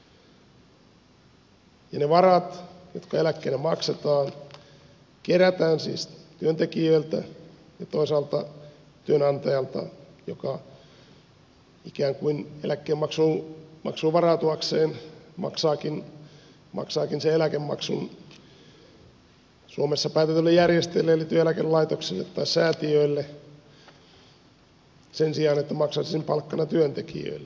ne varat jotka eläkkeellä maksetaan kerätään siis työntekijöiltä ja työnantajalta joka eläkkeenmaksuun varautumiseksi maksaa eläkemaksun suomessa päätetyille järjestöille eli työeläkelaitoksille tai säätiöille sen sijaan että maksaisi sen palkkana työntekijöille